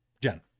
Jen